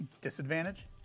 Disadvantage